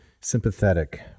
sympathetic